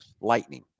Lightning